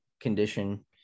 condition